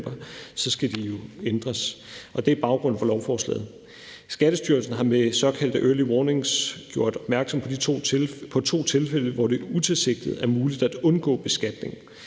skal de ændres. Det er baggrunden for lovforslaget. Skattestyrelsen har med såkaldte early warnings gjort opmærksom på to tilfælde, hvor det utilsigtet er muligt at undgå beskatning.